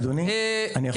כן גדי, תסיים.